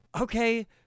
okay